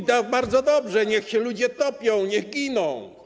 I bardzo dobrze - niech się ludzie topią, niech giną.